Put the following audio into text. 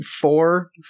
four